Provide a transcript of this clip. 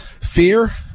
fear